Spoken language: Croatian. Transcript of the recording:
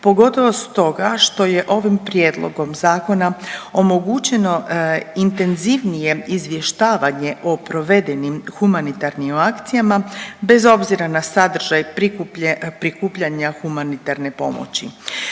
pogotovo stoga što je ovim prijedlogom zakona omogućeno intenzivnije izvještavanje o provedenim humanitarnim akcijama bez obzira na sadržaj prikupljanja humanitarne pomoći.